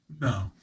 no